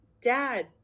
dad